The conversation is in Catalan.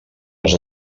els